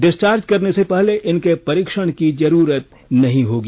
discharge करने से पहले इनके परीक्षण की जरूरत नहीं होगी